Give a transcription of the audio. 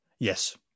Yes